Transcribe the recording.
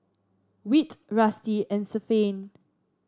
Whit Rusty and Stephaine